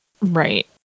Right